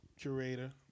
Curator